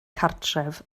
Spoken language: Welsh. cartref